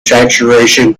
saturation